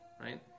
Right